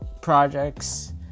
projects